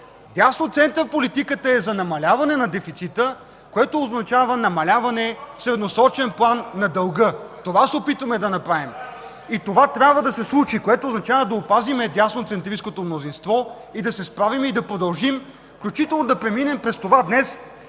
Дясно-център политиката е за намаляване на дефицита, което означава намаляване в средносрочен план на дълга. Това се опитваме да направим. (Реплики от БСП ЛБ.) Това трябва да се случи, което означава да опазим дясноцентристкото мнозинство и да се справим и да продължим, включително да преминем през това днес